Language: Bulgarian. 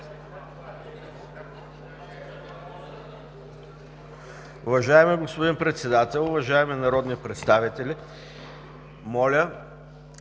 Уважаеми господин Председател, уважаеми народни представители! Моля